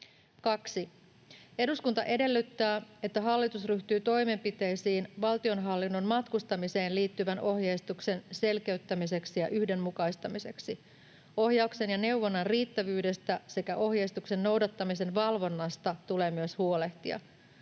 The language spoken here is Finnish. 2. Eduskunta edellyttää, että hallitus ryhtyy toimenpiteisiin valtionhallinnon matkustamiseen liittyvän ohjeistuksen selkeyttämiseksi ja yhdenmukaistamiseksi. Ohjauksen ja neuvonnan riittävyydestä sekä ohjeistuksen noudattamisen valvonnasta tulee myös huolehtia.